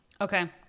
Okay